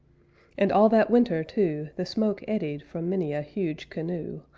and all that winter, too, the smoke eddied from many a huge canoe,